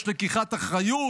יש לקיחת אחריות?